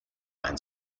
and